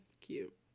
cute